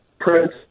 Prince